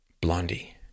blondie